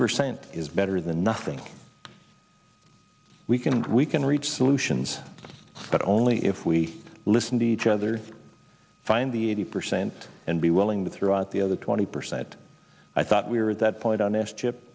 percent is better than nothing we can we can reach solutions but only if we listen to each other find the eighty percent and be willing to throw out the other twenty percent i thought we were at that point on s chip